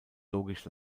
logisch